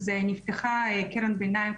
אז נפתחה קרן ביניים,